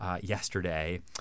yesterday